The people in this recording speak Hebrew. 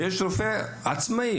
ויש רופא עצמאי.